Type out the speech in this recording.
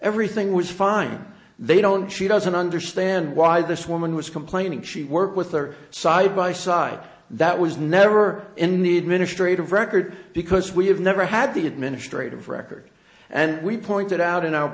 everything was fine they don't she doesn't understand why this woman was complaining she worked with her side by side that was never in the administrative record because we have never had the administrative record and we pointed out in ou